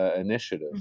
initiative